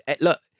Look